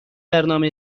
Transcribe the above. برنامه